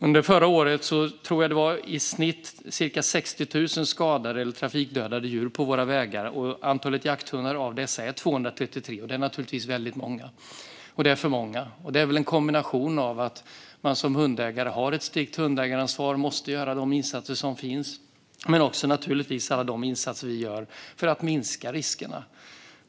Under förra året tror jag att det var i snitt cirka 60 000 skadade eller trafikdödade djur på våra vägar. Antalet jakthundar av dessa är 233, och det är naturligtvis väldigt många - alltför många. Det här handlar om en kombination av att man som hundägare har ett strikt hundägaransvar och måste göra de insatser som krävs och av alla de insatser vi gör för att minska riskerna.